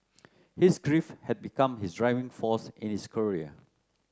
his grief had become his driving force in his career